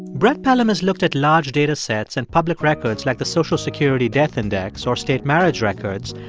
brett pelham has looked at large data sets and public records like the social security death index or state marriage records,